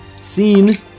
scene